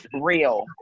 real